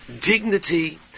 dignity